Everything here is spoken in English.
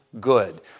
good